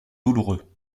douloureux